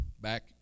back